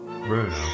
Bruno